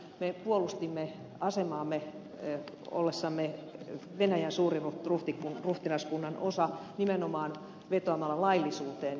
me puolustimme asemaamme ollessamme venäjän suuriruhtinaskunnan osa nimenomaan vetoamalla laillisuuteen